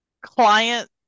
client